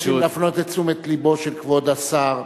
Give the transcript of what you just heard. אז כל הכבוד לקרן,